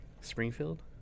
Springfield